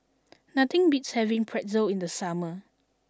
nothing beats having Pretzel in the summer